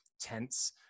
tense